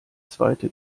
zweite